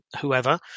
whoever